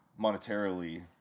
monetarily